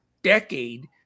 Decade